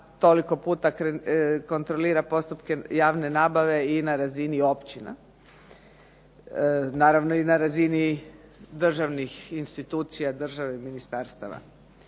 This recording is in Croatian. toliko puta kontrolira postupke javne nabave i na razini općina, naravno i na razini državnih institucija, države i ministarstava